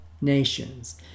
nations